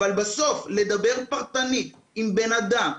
אבל בסוף לדבר פרטנית עם בן אדם,